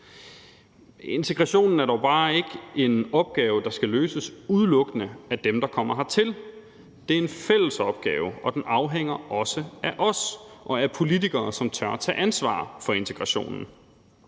Integrationen er dog bare ikke en opgave, der skal løses udelukkende af dem, der kommer hertil. Det er en fælles opgave, og den afhænger også af os og af politikere, som tør tage ansvar for integrationen.